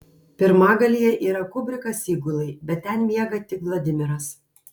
pirmagalyje yra kubrikas įgulai bet ten miega tik vladimiras